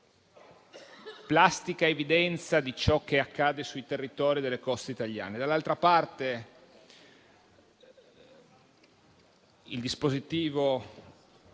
plastica evidenza di ciò che accade sui territori delle coste italiane; dall'altra parte, il dispositivo